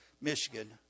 Michigan